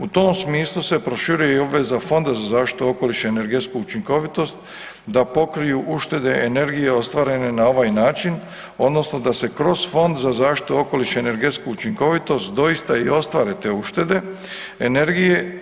U tom smislu se proširuje i obveza Fonda za zaštitu okoliša i energetsku učinkovitost da pokriju uštede energije ostvarene na ovaj način odnosno da se kroz Fond za zaštitu okoliša i energetsku učinkovitost doista i ostvare te uštede energije.